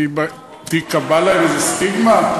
ברור, שתיקבע להם איזו סטיגמה.